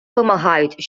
вимагають